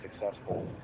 successful